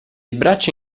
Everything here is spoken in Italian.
braccia